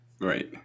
Right